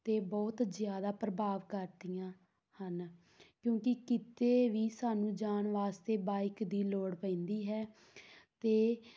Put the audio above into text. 'ਤੇ ਬਹੁਤ ਜ਼ਿਆਦਾ ਪ੍ਰਭਾਵ ਕਰਦੀਆਂ ਹਨ ਕਿਉਂਕਿ ਕਿਤੇ ਵੀ ਸਾਨੂੰ ਜਾਣ ਵਾਸਤੇ ਬਾਈਕ ਦੀ ਲੋੜ ਪੈਂਦੀ ਹੈ ਅਤੇ